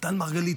דן מרגלית,